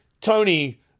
Tony